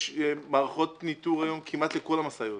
יש מערכות ניתור היום כמעט לכל המשאיות.